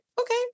okay